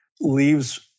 Leaves